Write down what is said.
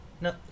No